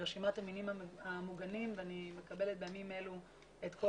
לרשימת המינים המוגנים ואני מקבלת בימים אלה את כל